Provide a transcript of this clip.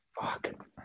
Fuck